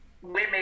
Women